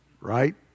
Right